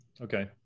Okay